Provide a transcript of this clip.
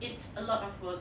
it's a lot of work